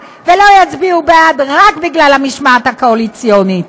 ולא יצביעו בעד רק בגלל המשמעת הקואליציונית.